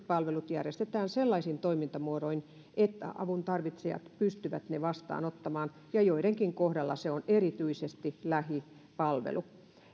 palvelut järjestetään sellaisin toimintamuodoin että avuntarvitsijat pystyvät ne vastaanottamaan ja joidenkin kohdalla se on erityisesti lähipalvelu